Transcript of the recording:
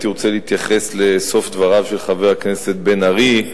הייתי רוצה להתייחס לסוף דבריו של חבר הכנסת בן-ארי.